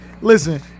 listen